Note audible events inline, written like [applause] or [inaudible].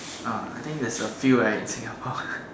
uh I think there's a few right in Singapore [breath]